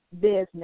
business